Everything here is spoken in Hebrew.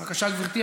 בבקשה, גברתי.